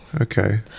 Okay